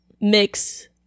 mix